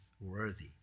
worthy